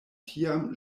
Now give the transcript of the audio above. tiam